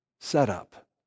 setup